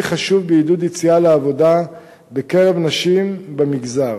חשוב בעידוד יציאה לעבודה בקרב נשים במגזר.